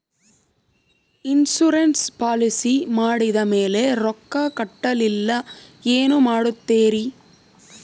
Insurance policy ಮಾಡಿದ ಮೇಲೆ ರೊಕ್ಕ ಕಟ್ಟಲಿಲ್ಲ ಏನು ಮಾಡುತ್ತೇರಿ?